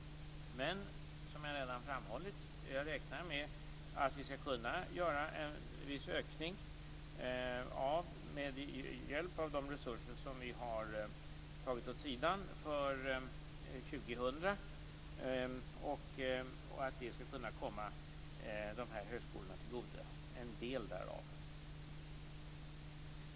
Men som jag redan har framhållit räknar jag med att vi skall kunna göra en viss ökning med hjälp av de resurser som vi har tagit åt sidan för år 2000 och att en del därav skall kunna komma de här högskolorna till godo.